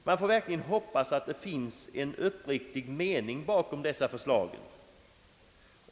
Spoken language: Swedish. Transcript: Man får verkligen hoppas att det finns en uppriktig mening bakom dessa förslag.